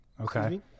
Okay